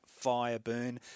Fireburn